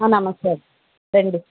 నమస్తే రండి